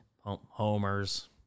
Homers